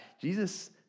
Jesus